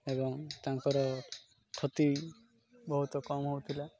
ଏବଂ ତାଙ୍କର କ୍ଷତି ବହୁତ କମ୍ ହଉଥିଲା